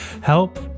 help